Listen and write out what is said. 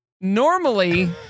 Normally